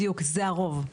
בדיוק, זה הרוב.